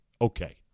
okay